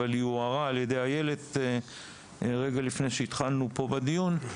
אבל היא הוערה על ידי איילת רגע לפני שהתחלנו פה בדיון: